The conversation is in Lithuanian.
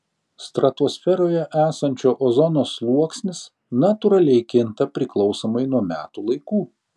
stratosferoje esančio ozono sluoksnis natūraliai kinta priklausomai nuo metų laikų